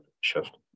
shift